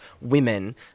women